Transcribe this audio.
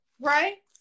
right